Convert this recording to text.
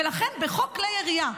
ולכן בחוק כלי ירייה,